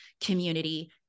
community